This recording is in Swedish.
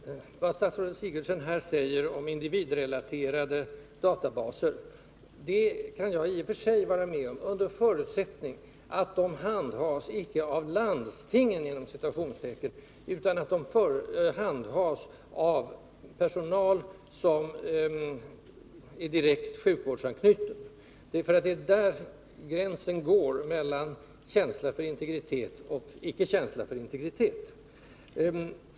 Herr talman! Vad statsrådet Sigurdsen nu sade om individrelaterade databaser kan jag i och för sig hålla med om, under förutsättning att de handhas, icke av ”landstingen” utan av personal som är direkt sjukvårdsanknuten. Det är där gränsen går mellan dem som har känsla för integritet och dem som icke har känsla för integritet.